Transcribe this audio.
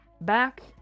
back